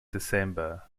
december